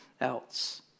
else